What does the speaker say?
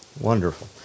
Wonderful